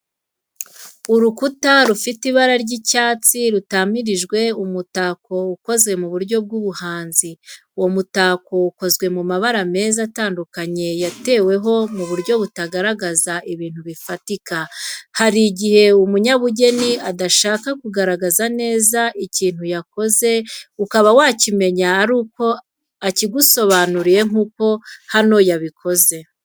Urukuta rufite ibara ry’icyatsi rutamirijwe umutako ukoze mu buryo bw’ubuhanzi. Uwo mutako ukozwe mu mabara meza atandukanye yateweho mu buryo butagaragaza ibintu bifatika. Hari igihe umunyabugeni adashaka kugaragaza neza ikintu yakoze, ukaba wakimenya aruko akigusobanuriye nk'uko hano yabikoze.